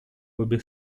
обе